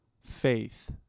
faith